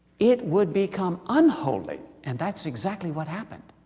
it would become unholy. and that's exactly what happened.